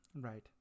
Right